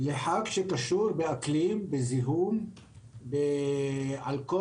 לחג שקשור באקלים, בזיהום, על כל